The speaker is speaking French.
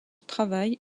travail